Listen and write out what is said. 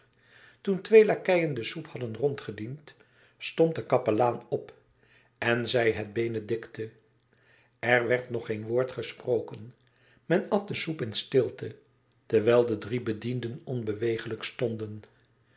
toen twee lakeien de soep hadden rondgediend stond de kapelaan op en zei het benedicite er werd nog geen woord gesproken men at de soep in stilte terwijl de drie bedienden onbewegelijk stonden